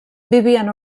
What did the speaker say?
vivien